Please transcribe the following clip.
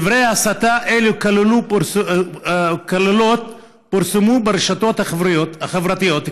דברי הסתה אלו וקללות פורסמו ברשתות החברתיות,